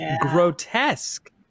grotesque